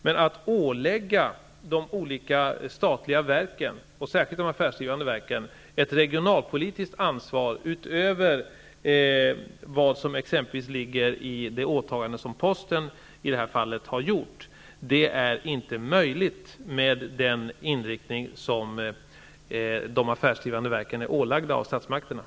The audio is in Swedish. Men att ålägga de olika statliga verken, och särskilt de affärsdrivande verken, ett regionalpolitiskt ansvar utöver vad som exempelvis ligger i det åtagande som posten i det här fallet har gjort är inte möjligt med den inriktning som statsmakterna har bestämt för de affärsdrivande verken.